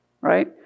right